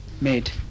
made